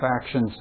factions